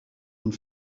une